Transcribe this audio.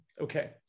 Okay